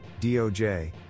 DOJ